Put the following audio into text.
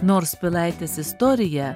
nors pilaitės istorija